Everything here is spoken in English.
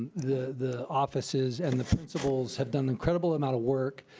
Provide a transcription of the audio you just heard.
the the offices and the principals have done incredible amount of work,